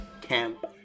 camp